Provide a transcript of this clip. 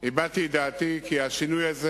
הבעתי את דעתי כי לשינוי הזה